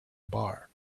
bar